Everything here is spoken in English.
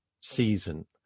season